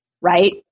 right